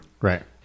Right